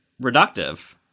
reductive